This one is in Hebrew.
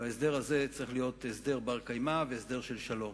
וההסדר הזה צריך להיות הסדר בר-קיימא והסדר של שלום.